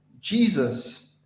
Jesus